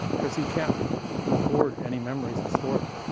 because he can't record any memories and store them.